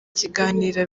kiganiro